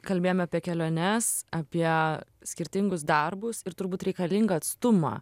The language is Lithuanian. kalbėjome apie keliones apie skirtingus darbus ir turbūt reikalingą atstumą